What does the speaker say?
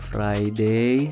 Friday